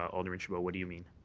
alderman chabot, what do you mean?